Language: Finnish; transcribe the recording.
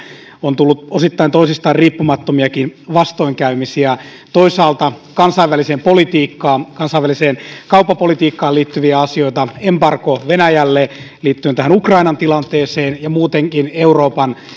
on tullut osittain toisistaan riippumattomiakin vastoinkäymisiä toisaalta on kansainväliseen politiikkaan ja kansainväliseen kauppapolitiikkaan liittyviä asioita embargo venäjälle liittyen tähän ukrainan tilanteeseen ja muutenkin euroopan